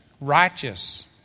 righteous